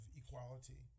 equality